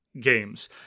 games